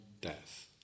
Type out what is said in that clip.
death